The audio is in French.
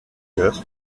chœur